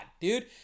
dude